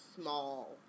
small